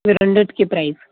ఈ రెండింటికి ప్రైస్